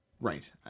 right